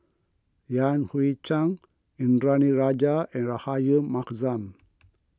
Yan Hui Chang Indranee Rajah and Rahayu Mahzam